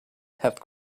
had